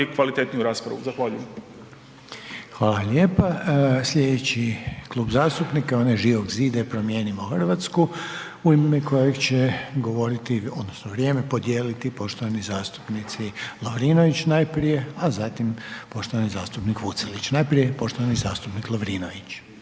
kvalitetniju raspravu. Zahvaljujem. **Reiner, Željko (HDZ)** Hvala lijepa. Slijedeći klub zastupnika je onaj Živog zida i Promijenimo Hrvatsku u ime kojeg će govoriti odnosno vrijeme podijeliti poštovani zastupnici Lovrinović najprije, a zatim poštovani zastupnik Vucelić. Najprije poštovani zastupnik Lovrinović.